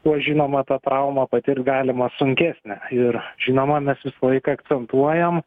tuo žinoma tą traumą patirt galima sunkesnę ir žinoma mes visą laiką akcentuojam